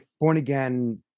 born-again